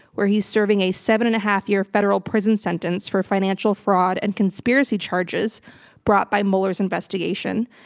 where he's serving a seven-and-a-half-year federal prison sentence for financial fraud and conspiracy charges brought by mueller's investigation,